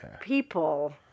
people